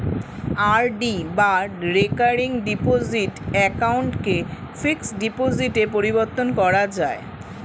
RD বা recurring deposit অ্যাকাউন্টকে fixed ডিপোজিটে পরিবর্তন করা যায়